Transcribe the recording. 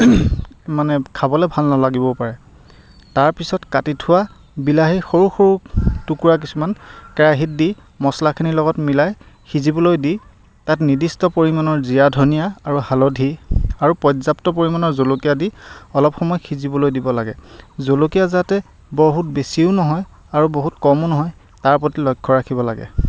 মানে খাবলৈ ভাল নালাগিবও পাৰে তাৰপিছত কাটি থোৱা বিলাহীৰ সৰু সৰু টুকুৰা কিছুমান কেৰাহীত দি মছলাখিনিৰ লগত মিলাই সিজিবলৈ দি তাত নিৰ্দিষ্ট পৰিমাণৰ জিৰা ধনিয়া আৰু হালধি আৰু পৰ্যাপ্ত পৰিমাণৰ জলকীয়া দি অলপ সময় সিজিবলৈ দিব লাগে জলকীয়া যাতে বহুত বেছিও নহয় আৰু বহুত কমো নহয় তাৰ প্ৰতি লক্ষ্য ৰাখিব লাগে